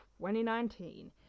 2019